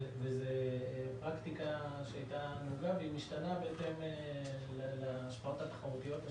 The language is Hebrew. זאת פרקטיקה שהייתה נהוגה והיא משתנה בהתאם לתוכניות התחרותיות.